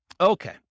Okay